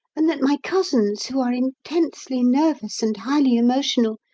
and that my cousins, who are intensely nervous and highly emotional,